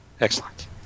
excellent